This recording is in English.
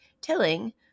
tilling